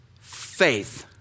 faith